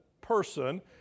person